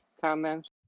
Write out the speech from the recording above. comments